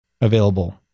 available